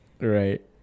Right